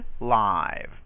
live